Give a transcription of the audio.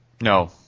No